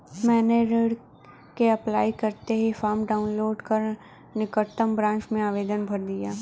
मैंने ऋण के अप्लाई करते ही फार्म डाऊनलोड कर निकटम ब्रांच में आवेदन भर दिया